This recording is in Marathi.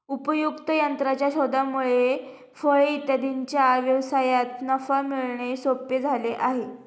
उपयुक्त यंत्राच्या शोधामुळे फळे इत्यादींच्या व्यवसायात नफा मिळवणे सोपे झाले आहे